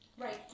right